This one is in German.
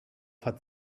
hat